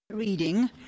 reading